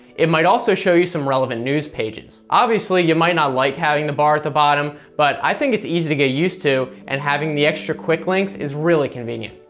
it might also show you some relevant news pages. obviously you might not like having the bar at the the bottom, but i think it's easy to get used to, and having the extra quick links is really convenient.